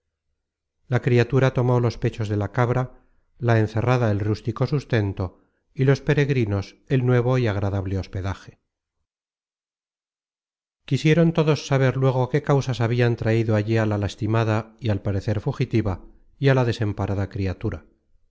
la criatura tomó los pechos de la cabra la encerrada el rústico sustento y los peregrinos el nuevo y agradable hospedaje quisieron todos saber luego qué causas habian traido allí á la lastimada y al parecer fugitiva y á la desamparada criatura